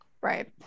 Right